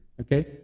Okay